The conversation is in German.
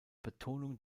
betonung